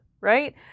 right